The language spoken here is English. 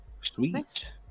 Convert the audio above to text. Sweet